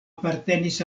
apartenis